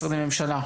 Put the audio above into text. משרדי הממשלה,